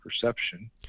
perception